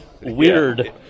weird